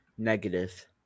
Negative